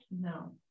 no